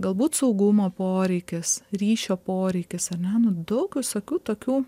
galbūt saugumo poreikis ryšio poreikis ane nu daug visokių tokių